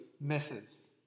misses